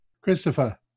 Christopher